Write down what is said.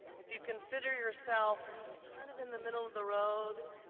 if you consider yourself kind of in the middle of the road,